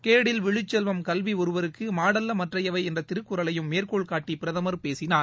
கேடில் விழுச்செல்வம் கல்வி ஒருவர்க்கு மாடல்ல மற்ற எவை என்ற திருக்குறளையும் மேற்கோள்காட்டி பிரதமர் பேசினார்